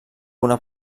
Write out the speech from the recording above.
una